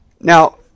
Now